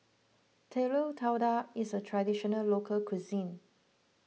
Telur Dadah is a Traditional Local Cuisine